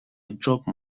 dropped